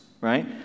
right